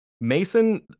Mason